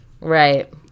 Right